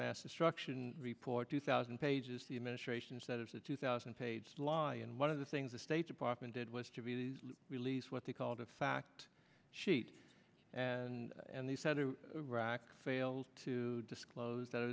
mass destruction report two thousand pages the administration said it's a two thousand page lie and one of the things the state department did was to be released what they called a fact sheet and and they said rock fails to disclose that i